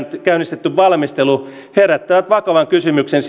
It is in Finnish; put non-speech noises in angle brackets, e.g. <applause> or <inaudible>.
käynnistetty valmistelu herättävät vakavan kysymyksen <unintelligible>